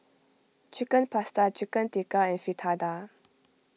Chicken Pasta Chicken Tikka and Fritada